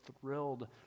thrilled